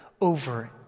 over